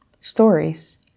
stories